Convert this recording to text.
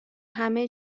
همه